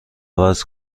عوض